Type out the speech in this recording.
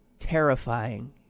terrifying